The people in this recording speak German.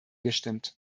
gestimmt